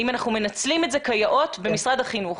האם אנחנו מנצלים את זה כיאות במשרד החינוך?